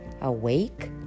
awake